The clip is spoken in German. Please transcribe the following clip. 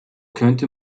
könnte